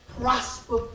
prosper